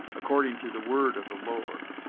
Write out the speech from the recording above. according to the word of the lord.